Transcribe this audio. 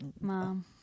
mom